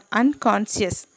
unconscious